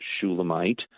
Shulamite